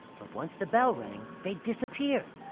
but once the bell rang, they'd disappear.